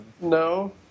No